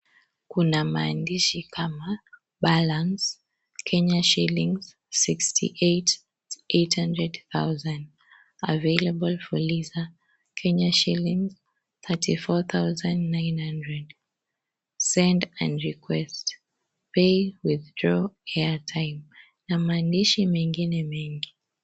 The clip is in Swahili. Kuna maandishi kama balance, ksh. 68,800, available fuliza Ksh. 34,900, send and request, pay, withdraw, aitime na maandishi mengine mengi.